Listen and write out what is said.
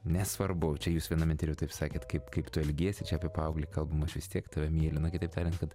nesvarbu čia jūs vienam interviu taip sakėt kaip kaip tu elgiesi čia apie paauglį kalbama aš vis tiek tave myliu na kitaip tariant kad